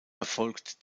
erfolgt